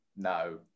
no